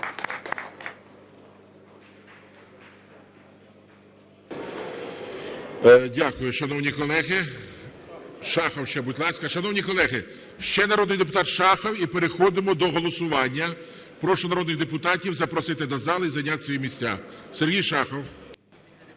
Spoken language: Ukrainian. будь ласка. Шановні колеги, ще народний депутат Шахов - і переходимо до голосування. Прошу народних депутатів запросити до зали і зайняти свої місця. Сергій Шахов.